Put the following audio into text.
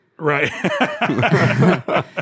Right